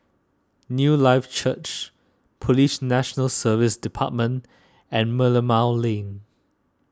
Newlife Church Police National Service Department and Merlimau Lane